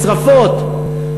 משרפות,